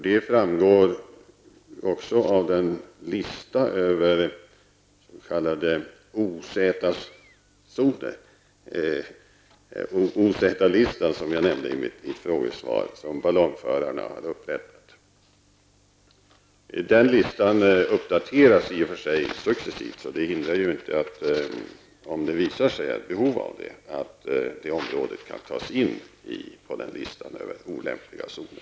Det framgår också av den lista över olämpliga zoner, som jag nämnde i mitt svar, som ballongförarna har upprättat. Den listan uppdateras i och för sig successivt. Om det visar sig att det finns behov kan detta område tas in på listan över olämpliga zoner.